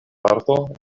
parto